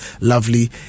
Lovely